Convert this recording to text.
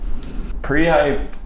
Prehype